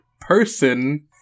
person